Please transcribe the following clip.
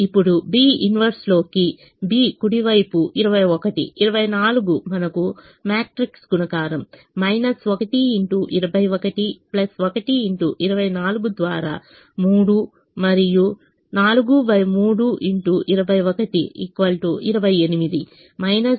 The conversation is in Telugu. ఇప్పుడు B 1 లోకి B కుడి వైపు 21 24 మనకు మ్యాట్రిక్స్ గుణకారం ద్వారా 3 మరియు 43 x 21 28 4 ఇస్తుంది